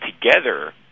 together